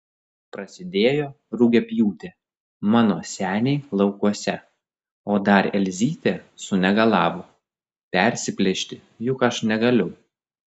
prasidėjo rugiapjūtė mano seniai laukuose o dar elzytė sunegalavo persiplėšti juk aš negaliu